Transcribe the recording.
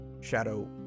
Shadow